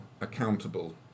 accountable